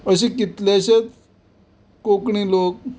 अशीं कितलेशेंच कोंकणी लोक